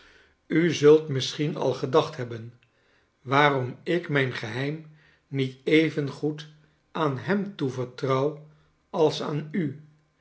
u zult misschien al gedacht liebben waarom ik mijn geheim niet evengoed aan hem toevertrouw als aan u